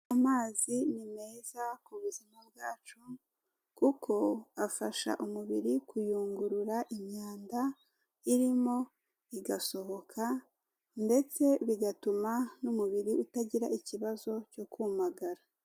Amazi ni meza ku buzima bwacu kuko afasha umubiri kuyungurura imyanda irimo igasohoka ndetse bigatuma n'umubiri utagira ikibazo cyo kumagara.